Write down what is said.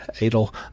Adel